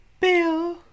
Bill